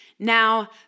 Now